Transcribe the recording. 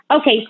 Okay